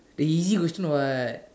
the easy question what